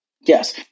yes